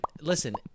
listen